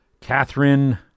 Catherine